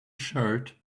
shirt